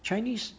chinese